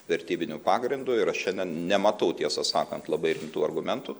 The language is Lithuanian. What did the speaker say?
vertybiniu pagrindu ir aš šiandien nematau tiesą sakant labai rimtų argumentų